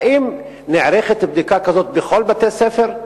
האם נערכת בדיקה כזאת בכל בתי-הספר,